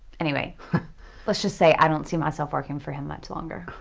anyway lets just say i don't see myself working for him much longer.